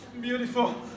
beautiful